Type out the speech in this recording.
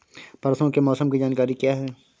परसों के मौसम की जानकारी क्या है?